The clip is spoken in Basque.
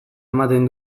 ematen